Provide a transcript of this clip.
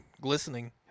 glistening